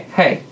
hey